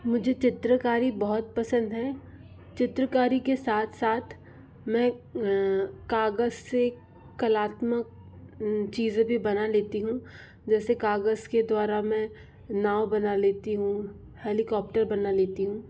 मुझे चित्रकारी बहुत पसंद है चित्रकारी के साथ साथ मैं कागज़ से कलात्मक चीज़ें भी बना लेती हूँ जैसे कागज़ के द्वारा मैं नाव बना लेती हूँ हेलीकॉप्टर बना लेती हूँ